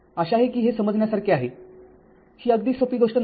आशा आहे की हे समजण्यासारखे आहे ही अगदी सोपी गोष्ट नाही